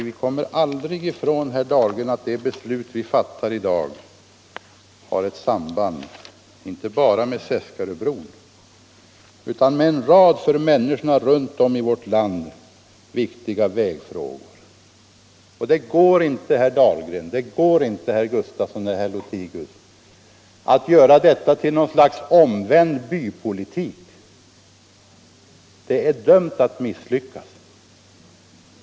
Vi kommer aldrig ifrån, herr Dahlgren, att det beslut vi fattar i dag har samband inte bara med Seskaröbron utan också med en rad för människorna runt om i vårt land viktiga vägfrågor. Det går inte, herrar Dahlgren, Gustafson och Lothigius, att göra detta till något slags omvänd bypolitik — det är dömt att misslyckas.